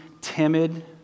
timid